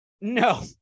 No